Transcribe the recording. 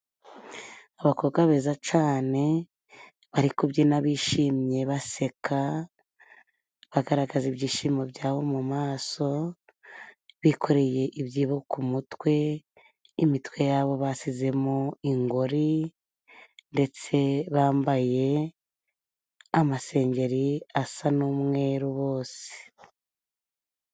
Abakobwa beza cyane bari kubyina bishimye baseka. Bagaragaza ibyishimo byabo mu maso, bikoreye ibyibo ku mutwe. Imitwe yabo bashyizemo ingori. Ndetse bambaye amasengeri asa n'umweru bose.